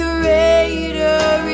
Greater